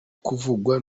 kuvugwa